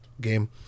game